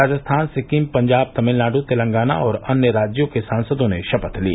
राजस्थान सिक्किम पंजाब तमिलनाडु तेलंगाना और अन्य राज्यों के सांसदों ने शपथ ली